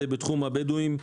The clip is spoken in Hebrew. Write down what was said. זה בתחום הבדואים,